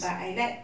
but I like